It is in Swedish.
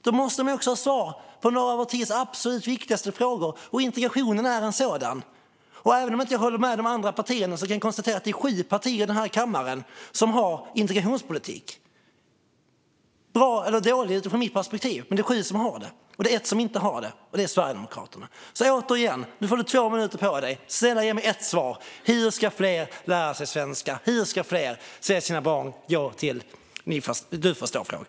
Då måste man ha svar på några av vår tids absolut viktigaste frågor, och integrationen är en sådan fråga. Även om jag inte håller med de andra partierna kan jag konstatera att det är sju partier i kammaren som har en integrationspolitik. Den kan vara bra eller dålig utifrån mitt perspektiv, men det finns sju partier som har en politik och ett parti som inte har det, nämligen Sverigedemokraterna. Nu får Ann-Christine From Utterstedt två minuter på sig. Ge mig sedan ett svar på hur fler ska lära sig svenska.